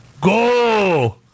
Go